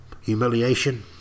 humiliation